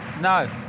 No